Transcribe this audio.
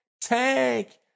Tank